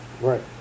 Right